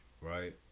right